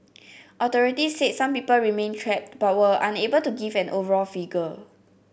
authority said some people remained trapped but were unable to give an overall figure